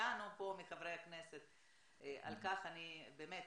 מאיתנו פה מחברי הכנסת, על כך אני באמת